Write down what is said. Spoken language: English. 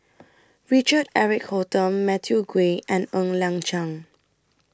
Richard Eric Holttum Matthew Ngui and Ng Liang Chiang